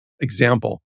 example